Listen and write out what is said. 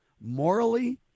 morally